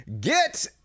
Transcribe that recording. get